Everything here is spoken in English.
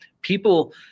people